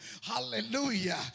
hallelujah